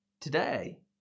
today